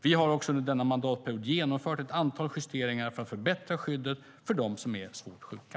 Vi har under denna mandatperiod genomfört ett antal justeringar för att förbättra skyddet för dem som är svårt sjuka.